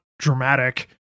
dramatic